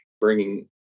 bringing